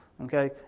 Okay